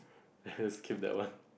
let's keep that one